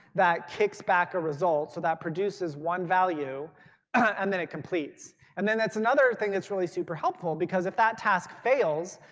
that kicks back a results. so that produces one value and then it completes. and then that's another thing that's really super helpful because if that task fails,